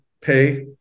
pay